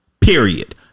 period